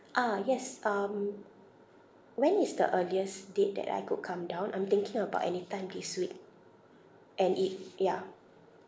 ah yes um when is the earliest date that I could come down I'm thinking about anytime this week and it ya